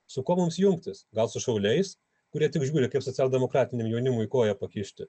su kuo mums jungtis gal su šauliais kurie tik žiūri kaip socialdemokratiniam jaunimui koją pakišti